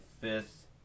fifth